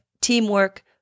teamwork